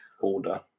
Order